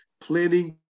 planning